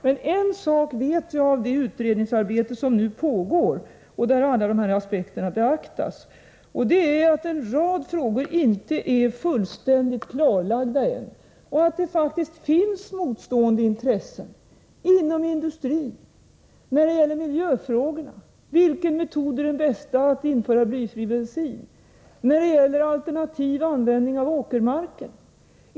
Men en sak vet jag beträffande det utredningsarbete som nu pågår och där alla dessa aspekter beaktas, nämligen att en rad frågor inte är fullständigt klarlagda än och att det faktiskt finns motstående intressen inom industrin, när det gäller miljöfrågorna, vilken metod som är den bästa när det gäller att införa blyfri bensin, när det gäller alternativ användning av åkermarken.